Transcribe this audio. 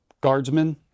guardsmen